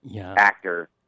actor